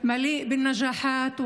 אני מאחלת לכם שנת לימודים פורייה,